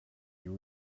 you